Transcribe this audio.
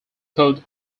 code